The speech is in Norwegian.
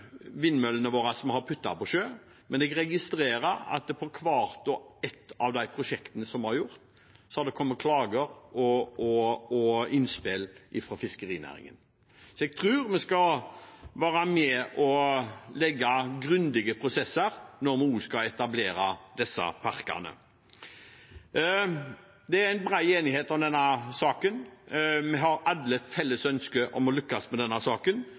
vindmøllene våre som er plassert på sjøen, men jeg registrerer at det i hvert og ett av de prosjektene som er gjort, har kommet klager og innspill fra fiskerinæringen. Så jeg tror vi skal legge opp til grundige prosesser når vi nå skal etablere disse parkene. Det er bred enighet om denne saken. Vi har alle et felles ønske om å lykkes.